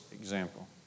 example